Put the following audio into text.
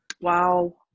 Wow